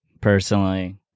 personally